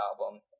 album